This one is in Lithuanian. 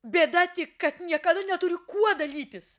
bėda tik kad niekada neturiu kuo dalytis